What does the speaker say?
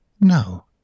No